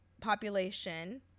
population